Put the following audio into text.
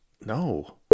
No